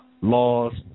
laws